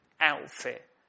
outfit